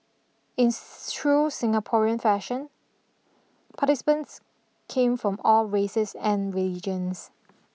in true Singaporean fashion participants came from all races and religions